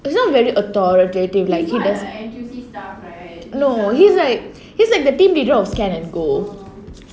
he is not very authoritative